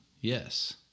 yes